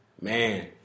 Man